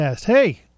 hey